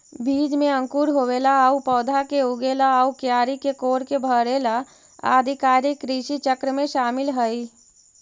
बीज में अंकुर होवेला आउ पौधा के उगेला आउ क्यारी के कोड़के भरेला आदि कार्य कृषिचक्र में शामिल हइ